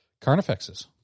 Carnifexes